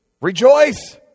Rejoice